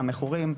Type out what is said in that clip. מכורים.